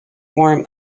form